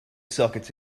sockets